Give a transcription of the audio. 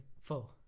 four